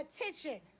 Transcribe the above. attention